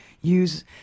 use